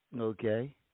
Okay